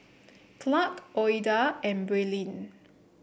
Clark Ouida and Braylen